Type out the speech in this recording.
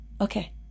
Okay